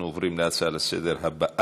נעבור להצעות לסדר-היום בנושא: